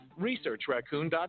ResearchRaccoon.com